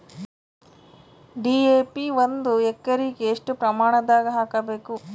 DAP ಒಂದು ಎಕರಿಗ ಎಷ್ಟ ಪ್ರಮಾಣದಾಗ ಹಾಕಬೇಕು?